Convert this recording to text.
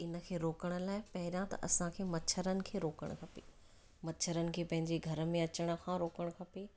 त इनखे रोकण लाइ पहिरियां त असांखे मच्छरनि खे रोकणु खपे मछरनि खे पंहिंजे घर में अचण खां रोकणु खपे